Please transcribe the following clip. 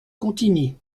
contigny